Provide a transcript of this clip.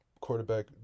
quarterback